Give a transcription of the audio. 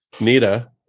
Nita